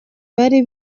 bari